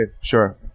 sure